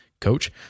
coach